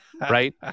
right